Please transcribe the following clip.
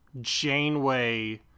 Janeway